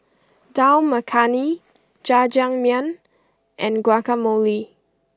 Dal Makhani Jajangmyeon and Guacamole